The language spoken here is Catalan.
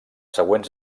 següents